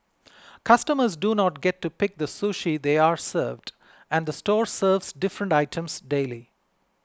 customers do not get to pick the sushi they are served and the store serves different items daily